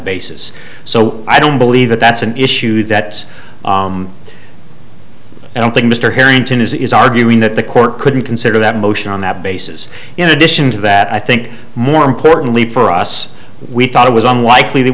basis so i don't believe that that's an issue that i don't think mr harrington is arguing that the court could consider that motion on that basis in addition to that i think more importantly for us we thought it was unlikely that